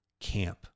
camp